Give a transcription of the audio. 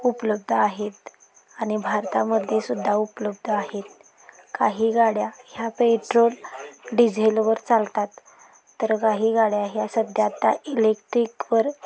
उपलब्ध आहेत आणि भारतामध्ये सुद्धा उपलब्ध आहेत काही गाड्या ह्या पेट्रोल डिझेलवर चालतात तर काही गाड्या ह्या सध्या त्या इलेक्ट्रिकवर